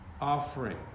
offering